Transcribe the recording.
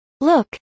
Look